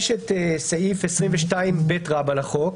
יש סעיף 22ב לחוק,